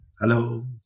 Hello